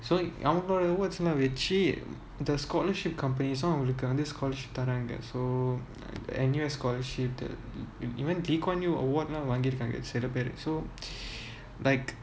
so அவங்க:avanga awards lah வச்சி:vachi the scholarship companies அவங்களுக்குவந்து:avangaluku vanthu scholarship தராங்க:tharanga so N_U_S scholarship even lee kuan yew award lah வாங்கிருக்காங்கசிலபேரு:vaangirukaanga sila peru so like